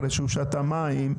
--- המים,